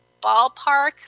ballpark